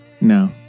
No